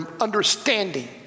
understanding